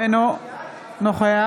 אינו נוכח